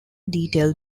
detail